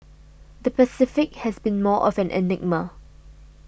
the Pacific has been more of an enigma